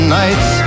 nights